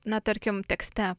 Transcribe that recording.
na tarkim tekste